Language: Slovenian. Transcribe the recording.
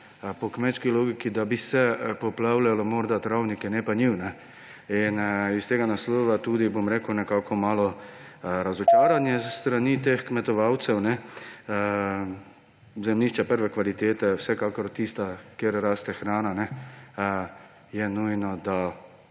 po kmečki logiki, da bi se poplavljalo travnike, ne pa njiv. Iz tega naslova tudi malo razočaranje s strani teh kmetovalcev. Zemljišča prve kvalitete, vsekakor tista, kjer raste hrana, je nujno, da